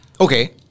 Okay